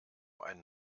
einen